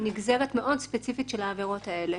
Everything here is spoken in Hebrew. אם לא נוסיף את העבירות האלו,